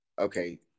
Okay